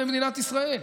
במדינת ישראל.